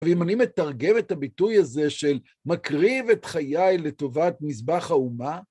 ואם אני מתרגם את הביטוי הזה של מקריב את חיי לטובת מזבח האומה,